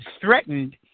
threatened